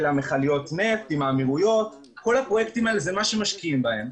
של מכליות הנפט עם האמירויות כל הפרויקטים האלה זה מה שמשקיעים בהם,